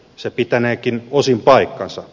se pitäneekin osin paikkansa